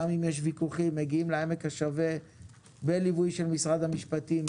גם אם יש ויכוחים מגיעים לעמק השווה בליווי של משרד המשפטים,